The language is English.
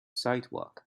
sidewalk